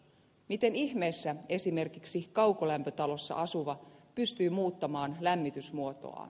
miten ihmeessä esimerkiksi kaukolämpötalossa asuva pystyy muuttamaan lämmitysmuotoaan